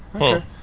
Okay